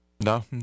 No